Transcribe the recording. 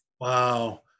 Wow